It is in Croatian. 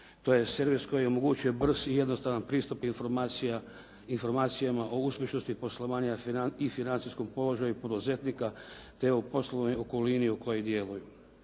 To je servis koji omogućuje brz i jednostavan pristup informacijama o uspješnosti poslovanja i financijskom položaju poduzetnika te u poslovnoj okolini u kojoj djeluju.